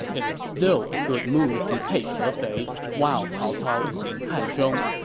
it's still a good move to take hefei while cao cao is in hanzhong.